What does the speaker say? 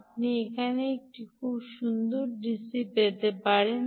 আপনি এখানে একটি সুন্দর ডিসি পেতে পারেন